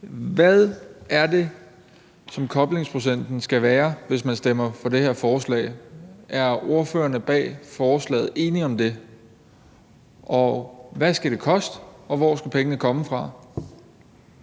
Hvad er det, koblingsprocenten skal være, hvis man stemmer for det her forslag? Er ordførerne bag forslaget enige om det? Og hvad skal det koste, og hvor skal pengene komme fra?